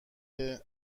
علی